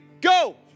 go